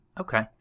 Okay